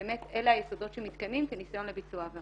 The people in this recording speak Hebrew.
אם נותנים זכויות מסוימות שניתנו בעבר